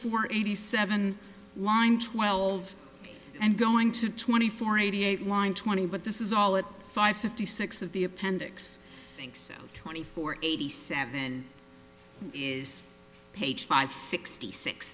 four eighty seven line twelve and going to twenty four eighty eight line twenty but this is all it five fifty six of the appendix thanks twenty four eighty seven is page five sixty six